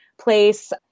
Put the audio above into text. place